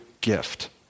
gift